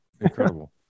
Incredible